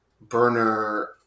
burner